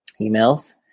emails